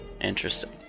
Interesting